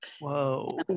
Whoa